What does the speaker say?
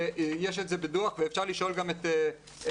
יש את זה בדוח ואפשר לשאול גם את משרד